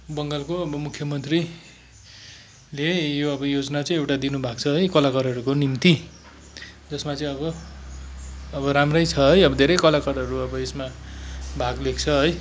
हाम्रो बङ्गालको मुख्यमन्त्रीले यो अब योजना चाहिँ एउटा दिनुभएको छ है कलाकारहरूको निम्ति जसमा चाहिँ अब अब राम्रै छ है अब धेरै कलाकारहरू अब यसमा भाग लिएको छ है